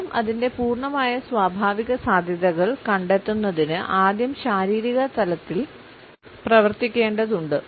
ശബ്ദം അതിന്റെ പൂർണ്ണമായ സ്വാഭാവിക സാധ്യതകൾ കണ്ടെത്തുന്നതിന് ആദ്യം ശാരീരിക തലത്തിൽ പ്രവർത്തിക്കേണ്ടതുണ്ട്